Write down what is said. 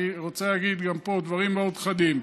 אני רוצה להגיד גם פה דברים מאוד חדים,